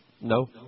No